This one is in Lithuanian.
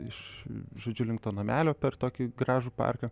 iš žodžiu link to namelio per tokį gražų parką